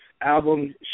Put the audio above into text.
album